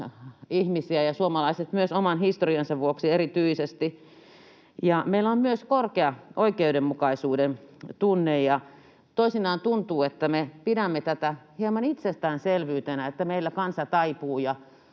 ihmisiä, suomalaiset myös oman historiansa vuoksi erityisesti. Meillä on myös korkea oikeudenmukaisuuden tunne. Toisinaan tuntuu, että me pidämme tätä hieman itsestäänselvyytenä, että meillä kansa taipuu